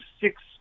six